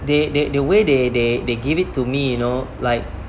they they the way they they they give it to me you know like